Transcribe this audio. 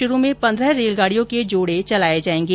शुरू में पन्द्रह रेलगाडियों के जोड़े चलाए जाएंगे